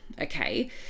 Okay